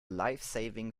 lifesaving